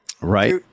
Right